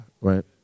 right